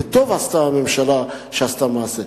וטוב עשתה הממשלה שעשתה מעשה,